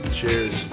Cheers